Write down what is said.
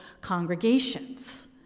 congregations